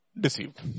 deceived